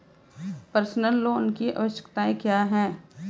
Personal loan की आवश्यकताएं क्या हैं?